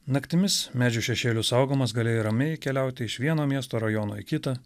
naktimis medžių šešėlių saugomas galėjai ramiai keliauti iš vieno miesto rajono į kitą